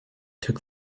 took